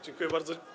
Dziękuję bardzo.